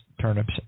turnips